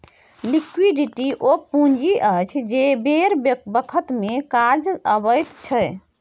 liquidity ओ पुंजी अछि जे बेर बखत मे काज अबैत छै